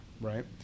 right